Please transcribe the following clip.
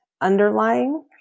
underlying